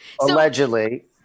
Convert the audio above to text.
Allegedly